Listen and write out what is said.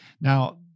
Now